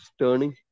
turning